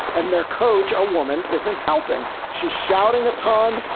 and their coach. a woman isn't helping. she's shouting a ton.